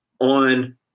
on